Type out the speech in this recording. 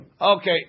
Okay